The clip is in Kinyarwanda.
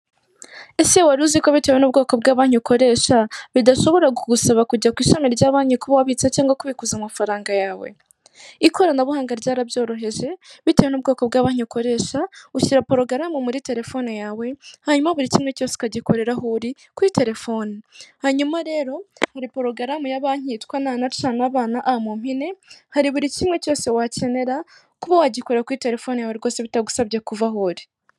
Ese wari uziko ko bitewe n'ubwoko bwa banki ukoresha, bidashobora kugusaba kujya ku ishami rya banki kuba wabitsa cyangwa kubikuza amafaranga yawe? Ikoranabuhanga ryarabyoroheje, bitewe n'ubwoko bwa banki ukoresha, ushyira porogaramu muri telefone yawe, hanyuma buri kimwe cyose ukagikorera aho uri, kuri telefone. Hanyuma rero, hari porogaramu ya banki yitwa na na ca na ba na a mu mpine, hari buri kimwe cyose wakenera, kuba wagikorera kuri telefone yawe rwose bitagusabye kuva aho uri.